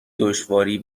دشواری